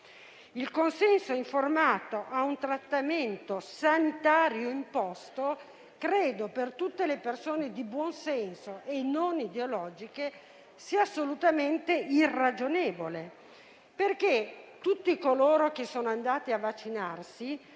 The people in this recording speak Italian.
applicato a un trattamento sanitario imposto, per tutte le persone di buon senso e non ideologiche, sia assolutamente irragionevole. Tutti coloro che sono andati a vaccinarsi